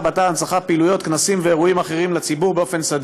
על אחד המקומות היפים בארץ.